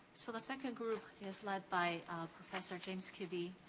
so the second group is lead by professor james kibbie.